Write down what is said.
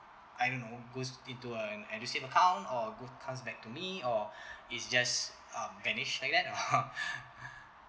I don't know goes into uh edusave account or go comes back to me or it just um vanish like that or